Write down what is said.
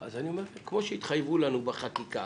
אז כמו שהתחייבו לנו בחקיקה